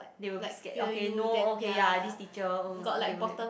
they will be scared okay no okay ya this teacher uh they will get